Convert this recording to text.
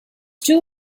too